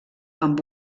amb